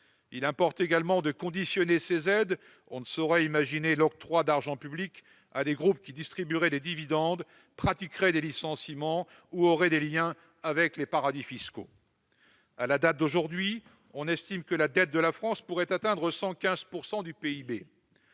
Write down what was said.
Il importe également de conditionner ces aides. L'on ne saurait imaginer l'octroi d'argent public à des groupes qui distribueraient des dividendes, pratiqueraient des licenciements ou auraient des liens avec les paradis fiscaux. À la date d'aujourd'hui, on estime que la dette de la France pourrait atteindre 115 % du PIB.